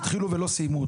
אותה התחילו ולא סיימו.